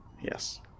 Yes